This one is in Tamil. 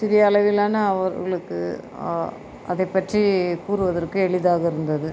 சிறிய அளவிலான அவர்களுக்கு அதை பற்றி கூறுவதற்கு எளிதாக இருந்தது